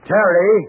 Terry